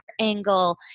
angle